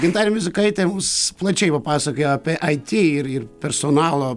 gintarė misiukaitė mums plačiai papasakojo apie it ir ir personalo